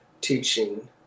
teaching